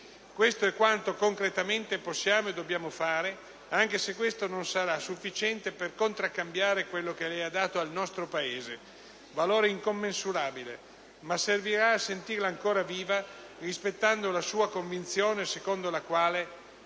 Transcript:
Questo è quanto concretamente possiamo e dobbiamo fare, anche se non sarà sufficiente per contraccambiare quello che lei ha dato al nostro Paese, valore incommensurabile. Ma servirà a sentirla ancora viva, rispettando la sua convinzione secondo la quale: